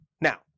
Now